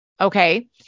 okay